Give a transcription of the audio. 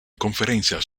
conferencias